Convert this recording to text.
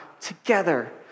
together